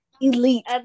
Elite